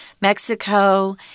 Mexico